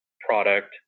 product